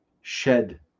shed